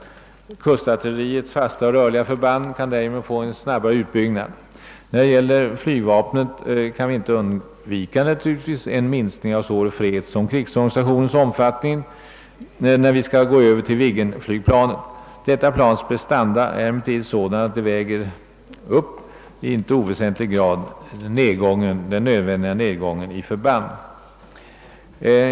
Kustartilleriets fasta och rörliga förband kan därigenom snabbare utbyggas. När det gäller flygvapnet kan vi naturligtvis inte undvika en minskning av såväl fredssom krigsorganisationens omfattning då vi går över till Viggen-flygplanet. Detta plans prestanda är emellertid sådana att de i inte oväsentlig grad uppväger den nödvändiga minskningen av antalet förband.